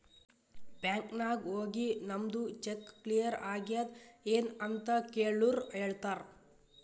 bank ನಾಗ್ ಹೋಗಿ ನಮ್ದು ಚೆಕ್ ಕ್ಲಿಯರ್ ಆಗ್ಯಾದ್ ಎನ್ ಅಂತ್ ಕೆಳುರ್ ಹೇಳ್ತಾರ್